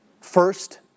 First